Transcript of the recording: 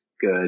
good